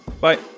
Bye